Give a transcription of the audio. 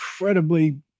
incredibly